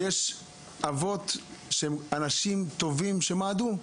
ויש אבות שהם אנשים טובים שמעדו.